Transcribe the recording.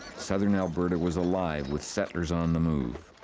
southern alberta was alive with settlers on the move.